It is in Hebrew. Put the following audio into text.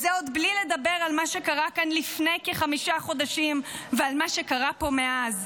זה עוד בלי לדבר על מה שקרה פה לפני כחמישה חודשים ועל מה שקרה פה מאז.